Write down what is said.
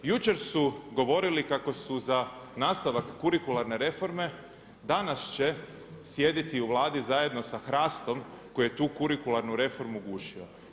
Jučer su govorili kako su za nastavak kurikularne reforme, danas će sjediti u Vladu zajedno sa HRAST-om koju je tu kurikularnu reformu gušio.